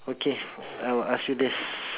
okay I will ask you this